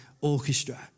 orchestra